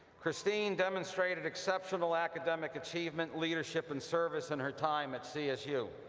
christine demonstrated exceptional academic achievement, leadership, and service in her time at csu.